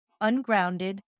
ungrounded